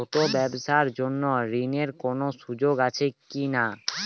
ছোট ব্যবসার জন্য ঋণ এর কোন সুযোগ আছে কি না?